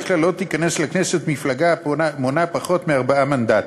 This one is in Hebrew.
כלל לא תיכנס לכנסת מפלגה המונה פחות מארבעה מנדטים,